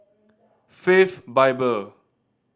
Faith Bible